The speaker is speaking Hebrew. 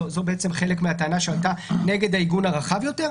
זאת בעצם טענה שעלתה נגד העיגון הרחב יותר.